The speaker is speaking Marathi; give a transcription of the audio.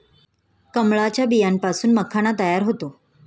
कमळाच्या बियांपासून माखणा तयार होतो